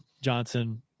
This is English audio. Johnson